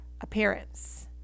appearance